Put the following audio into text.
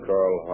Carl